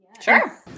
Sure